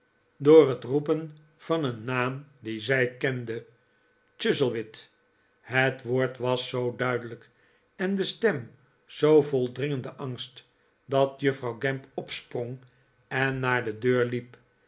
door het roepen van een naam dien zij kende chuzzlewit het woord was zoo duidelijk en de stem zoo vol dringenden angst dat juffrouw gamp opsprong en naar de deur liep